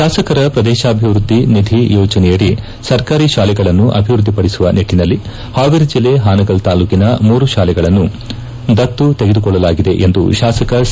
ಶಾಸಕರ ಪ್ರದೇಶಾಭಿವೃದ್ದಿ ನಿಧಿ ಯೋಜನೆಯಡಿ ಸರ್ಕಾರಿ ಶಾಲೆಗಳನ್ನು ಅಭಿವೃದ್ದಿಪಡಿಸುವ ನಿಟ್ಟನಲ್ಲಿ ಹಾವೇರಿ ಜಿಲ್ಲೆ ಹಾನಗಲ್ ತಾಲೂಕಿನ ಮೂರು ಶಾಲೆಗಳನ್ನು ದತ್ತು ತೆಗೆದುಕೊಳ್ಳಲಾಗಿದೆ ಎಂದು ಶಾಸಕ ಸಿ